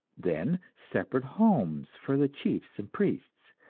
then separate homes for the chiefs and priests,